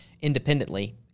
independently